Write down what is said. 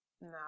No